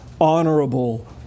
honorable